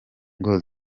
ngo